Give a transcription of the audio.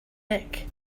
mick